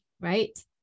right